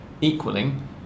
equaling